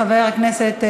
חבר הכנסת,